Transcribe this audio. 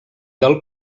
del